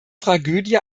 tragödie